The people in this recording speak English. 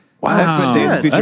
Wow